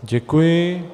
Děkuji.